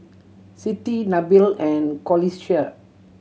Siti Nabil and Qalisha